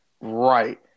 right